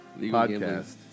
podcast